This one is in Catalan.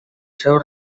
seu